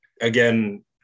again